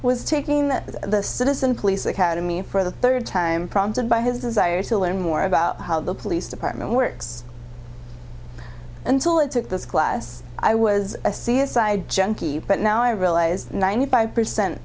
was taking that as the citizen police academy for the third time prompted by his desire to learn more about how the police department works until it took this class i was a c s i junkie but now i realized ninety five percent